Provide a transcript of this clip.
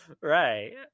Right